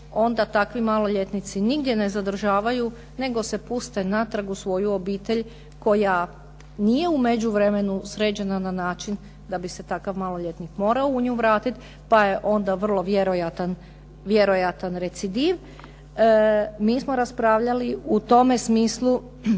onda takvi maloljetnici nigdje ne zadržavaju nego se puste natrag u svoju obitelj koja nije u međuvremenu sređena na način da bi se takav maloljetnik morao u nju vratiti, pa je onda vrlo vjerojatan recidiv. Mi smo raspravljali u tome smislu